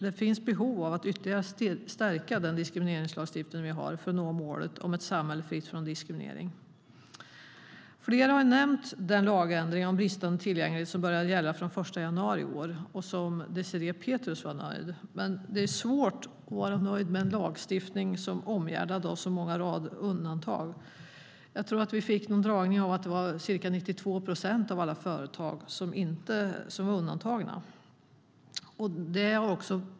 Det finns ett behov av att ytterligare stärka den diskrimineringslagstiftning vi har för att nå målet om ett samhälle fritt från diskriminering. Flera har nämnt den lagändring om bristande tillgänglighet som började gälla den 1 januari i år. Désirée Pethrus var nöjd med den. Men det är svårt att vara nöjd med en lagstiftning som är omgärdad av så många undantag. Vi fick en föredragning om att ca 92 procent av alla företag var undantagna.